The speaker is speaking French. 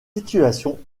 situation